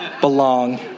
belong